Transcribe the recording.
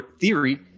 theory